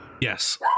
Yes